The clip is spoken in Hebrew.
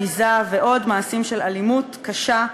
ביזה ועוד מעשים של אלימות קשה,